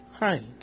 Hi